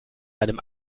einem